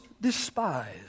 despised